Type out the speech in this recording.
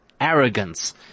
arrogance